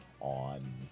on